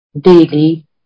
daily